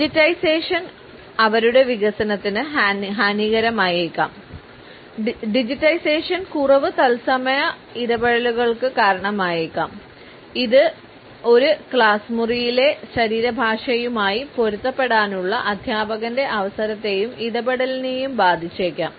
digitisation കുറവ് തൽസമയ ഇടപഴകലുകൾക്ക് കാരണമായേക്കാം ഇത് ഒരു ക്ലാസ് മുറിയിലെ ശരീരഭാഷയുമായി പൊരുത്തപ്പെടാനുള്ള അധ്യാപകന്റെ അവസരത്തെയും ഇടപെടലിനെയും ബാധിച്ചേക്കാം